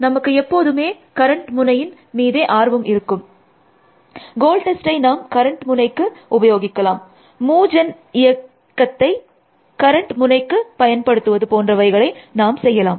நமக்கு எப்போதுமே கரண்ட் முனையின் மீதே ஆர்வம் இருக்கும் கோல் டெஸ்டை நாம் கரண்ட் முனைக்கு உபயோகிக்கலாம் மூவ் ஜென் இயக்கத்தை move gen function கரண்ட் முனைக்கு பயன்படுத்துவது போன்றவைகளை நாம் செய்யலாம்